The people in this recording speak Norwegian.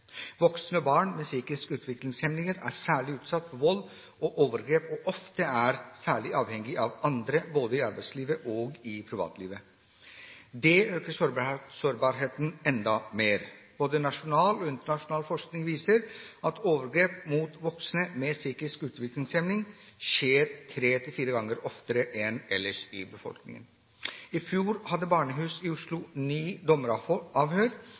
Voksne og barn med psykisk utviklingshemning er særlig utsatt for vold og overgrep, og de er ofte avhengige av andre, både i arbeidslivet og i privatlivet. Det øker sårbarheten enda mer. Både nasjonal og internasjonal forskning viser at overgrep mot voksne med psykisk utviklingshemning skjer tre–fire ganger oftere enn ellers i befolkningen. I fjor hadde Barnehuset i Oslo ni